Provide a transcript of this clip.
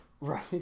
Right